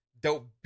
dope